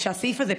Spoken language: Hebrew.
שהסעיף הזה,